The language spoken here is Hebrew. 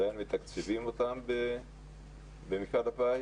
עדיין מתקצבים אותם במפעל הפיס?